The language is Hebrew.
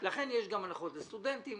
לכן יש הנחות לסטודנטים,